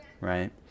right